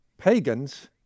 pagans